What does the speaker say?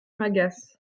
m’agace